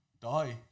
Die